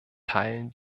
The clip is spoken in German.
teilen